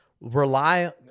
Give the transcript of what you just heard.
rely